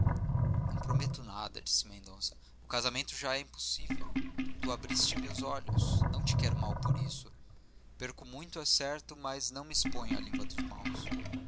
não prometo nada disse mendonça o casamento é já impossível tu abriste me os olhos não te quero mal por isso perco muito é certo mas não me exponho à língua dos maus